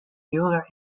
euler